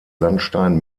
sandstein